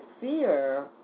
fear